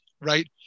right